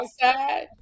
outside